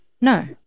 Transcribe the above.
no